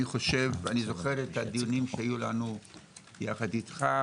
אני זוכר את הדיונים שהיו לנו יחד איתך,